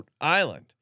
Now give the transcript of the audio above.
Island